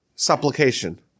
Supplication